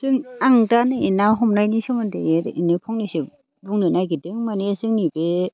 आं दा नै ना हमनायनि सोमोन्दै ओरैनो फंनैसो बुंनो नागिरदों माने जोंनि बे